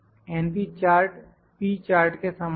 np chart P chart के समान है